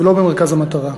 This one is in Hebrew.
ולא במרכז המטרה.